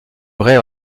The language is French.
congrès